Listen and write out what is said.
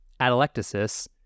atelectasis